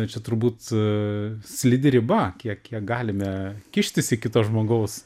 čia turbūt a slidi riba kiek kiek galime kištis į kito žmogaus